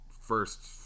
first